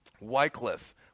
Wycliffe